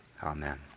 Amen